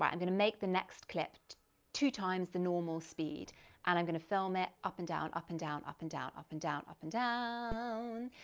but i'm gonna make the next clip two times the normal speed and i'm gonna film it up and down, up and down, up and down, up and down, up and down.